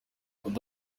undi